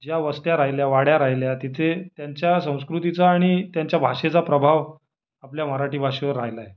ज्या वस्त्या राहिल्या ज्या वाड्या राहिल्या तिथे त्यांच्या संस्कृतीचा आणि त्यांच्या भाषेचा प्रभाव आपल्या मराठी भाषेवर राहिला आहे